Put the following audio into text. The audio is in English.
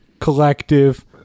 collective